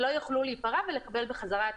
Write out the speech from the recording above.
ולא יוכלו להיפרע ולקבל חזרה את